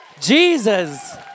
Jesus